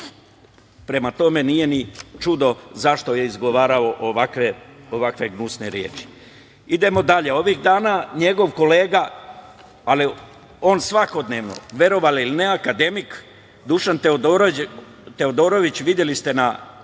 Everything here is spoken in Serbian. Prema tome, nije ni čudo zašto je izgovarao ovakve gnusne reči. Idemo dalje. Ovih dana njegov kolega, ali on svakodnevno, verovali ili ne, akademik Dušan Teodorović, videli ste